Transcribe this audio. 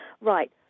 right